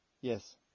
Yes